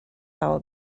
our